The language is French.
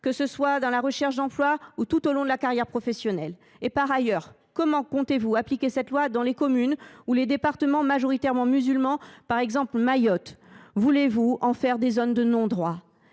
que ce soit lors de la recherche d’un emploi ou tout au long de la carrière professionnelle. Par ailleurs, comment comptez vous appliquer cette loi dans les communes ou les départements majoritairement musulmans, par exemple Mayotte ? Voulez vous en faire des zones de non droit ?